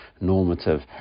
normative